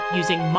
using